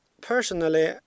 Personally